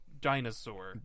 dinosaur